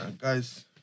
Guys